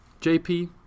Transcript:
JP